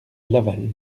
laval